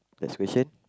next question